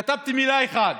כתבתי מילה אחת: